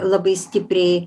labai stipriai